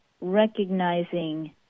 recognizing